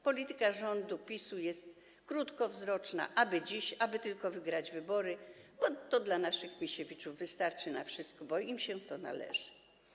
Polityka rządu PiS-u jest krótkowzroczna: aby dziś, aby tylko wygrać wybory, bo naszym Misiewiczom wystarczy na wszystko, bo im się to należy.